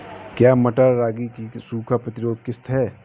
क्या मटर रागी की सूखा प्रतिरोध किश्त है?